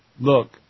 Look